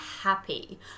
happy